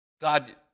God